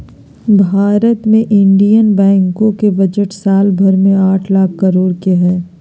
भारत मे इन्डियन बैंको के बजट साल भर मे आठ लाख करोड के हय